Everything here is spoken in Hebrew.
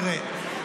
תראה,